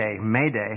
Mayday